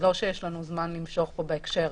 רציתי להתייחס לנקודה הזאת בשלב הזה.